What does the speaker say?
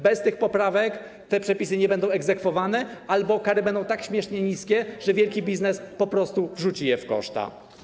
Bez tych poprawek te przepisy nie będą egzekwowane albo kary będą tak śmiesznie niskie, że wielki biznes wrzuci je w koszty.